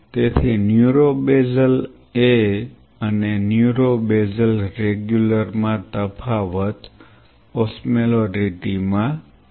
તેથી neuro basal A અને neuro basal regular માં તફાવત ઓસ્મોલેરિટી માં છે